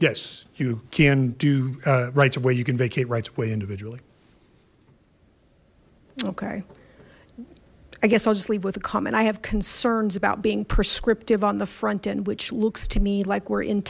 yes you can do rights away you can vacate rights away individually okay i guess i'll just leave with a comment i have concerns about being prescriptive on the front end which looks to me like we're